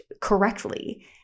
correctly